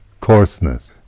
coarseness